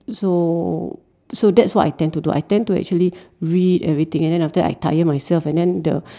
so so that's what I tend to do I tend to actually read everything and after that I tire myself and then the